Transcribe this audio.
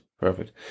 Perfect